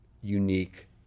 unique